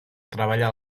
treballar